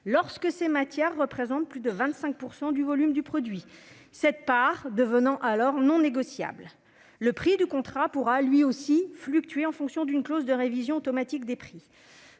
lorsque ces matières représentent plus de 25 % du volume du produit, cette part devenant alors non négociable. Le prix du contrat pourra lui aussi fluctuer selon une clause de révision automatique.